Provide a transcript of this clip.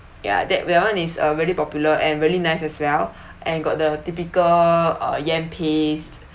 ya that one is uh very popular and very nice as well and got the typical uh yam paste